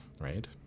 right